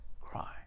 cry